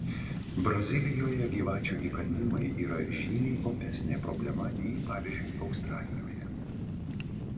brazilijoje gyvačių įkandimai yra žymiai opesnė problema nei pavyzdžiui australijoje